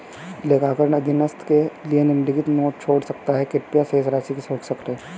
लेखाकार अधीनस्थ के लिए निम्नलिखित नोट छोड़ सकता है कृपया शेष राशि की समीक्षा करें